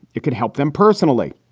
it could help them personally.